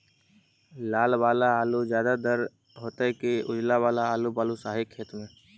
लाल वाला आलू ज्यादा दर होतै कि उजला वाला आलू बालुसाही खेत में?